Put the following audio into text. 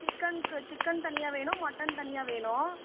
சிக்கனுக்கு சிக்கன் தனியாக வேணும் மட்டன் தனியாக வேணும்